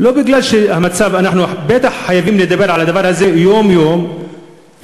אנחנו בטח חייבים לדבר על הדבר הזה יום-יום ושעה-ושעה,